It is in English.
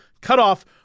cutoff